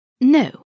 No